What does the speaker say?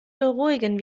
beruhigen